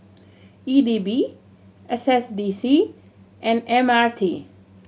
E D B S S D C and M R T